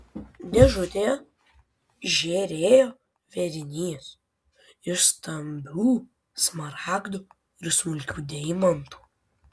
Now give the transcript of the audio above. dėžutėje žėrėjo vėrinys iš stambių smaragdų ir smulkių deimantų